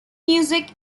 music